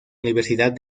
universidad